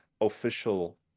official